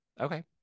okay